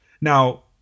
Now